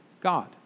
God